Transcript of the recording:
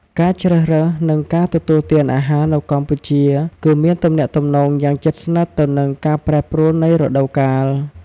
ការជ្រើសរើស និងការទទួលទានអាហារនៅកម្ពុជា គឺមានទំនាក់ទំនងយ៉ាងជិតស្និទ្ធទៅនឹងការប្រែប្រួលនៃរដូវកាល។